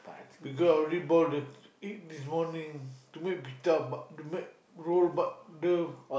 because I already boil the egg this morning to make pita but to make roll but the